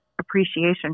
appreciation